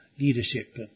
leadership